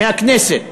מהכנסת,